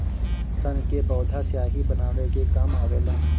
सन के पौधा स्याही बनावे के काम आवेला